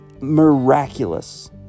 miraculous